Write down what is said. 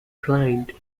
client